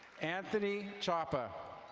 anthony chapa.